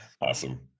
Awesome